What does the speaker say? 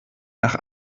nach